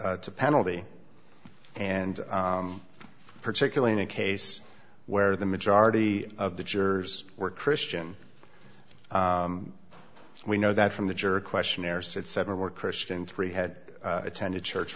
to penalty and particularly in a case where the majority of the jurors were christian and we know that from the jury questionnaire said seven were christian three had attended church